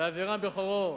באבירם בכורו,